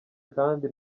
kandi